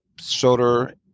shoulder